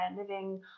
living